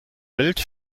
welt